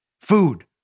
Food